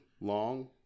long